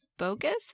bogus